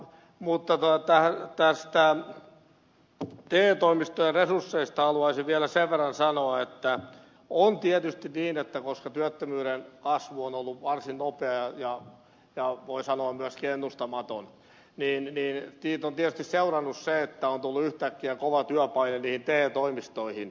mutta tästä te toimistojen resursseista haluaisin vielä sen verran sanoa että on tietysti niin että koska työttömyyden kasvu on ollut varsin nopea ja voi sanoa myöskin ennustamaton niin siitä on tietysti seurannut se että on tullut yhtäkkiä kova työpaine niihin te toimistoihin